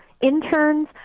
interns